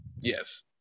Yes